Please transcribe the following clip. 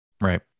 Right